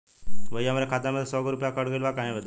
भईया हमरे खाता में से सौ गो रूपया कट गईल बा काहे बदे?